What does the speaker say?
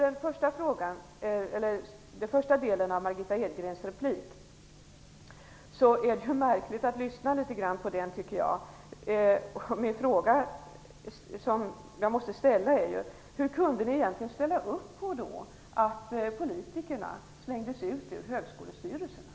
Den första delen av Margitta Edgrens replik var märklig. Den fråga som jag måste ställa är: Hur kunde ni gå med på att politikerna slängdes ut ur högskolestyrelserna?